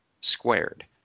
squared